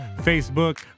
facebook